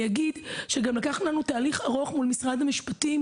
אני אגיד שגם לקח לנו תהליך ארוך מול משרד המשפטים